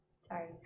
Sorry